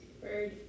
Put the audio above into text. Bird